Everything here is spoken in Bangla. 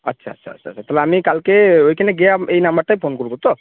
আচ্ছা আচ্ছা আচ্ছা আচ্ছা তাহলে আমি কালকে ওখানে গিয়ে আম এই নাম্বারটায় ফোন করব তো